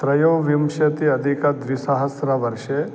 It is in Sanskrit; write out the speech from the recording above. त्रयोविंशत्यधिकः द्विसहस्रवर्षे